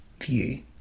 view